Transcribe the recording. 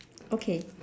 okay